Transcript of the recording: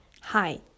hi